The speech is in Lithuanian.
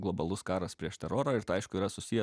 globalus karas prieš terorą ir tai aišku yra susiję